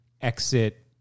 Exit